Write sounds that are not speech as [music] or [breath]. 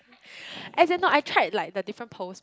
[breath] as in no I tried like the different pearls